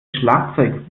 schlagzeug